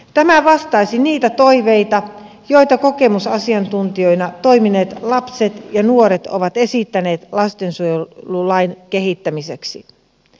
tämä vastaisi niitä toiveita joita kokemusasiantuntijoina toimineet lapset ja nuoret ovat esittäneet lastensuojelulain kehittämiseksi